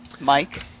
Mike